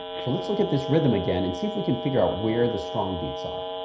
so let's look at this rhythm again and see if we can figure out where the strong beats are.